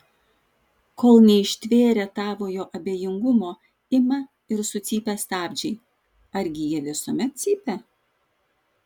kol neištvėrę tavojo abejingumo ima ir sucypia stabdžiai argi jie visuomet cypia